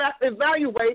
evaluate